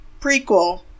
prequel